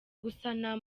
gusana